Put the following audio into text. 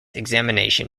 examination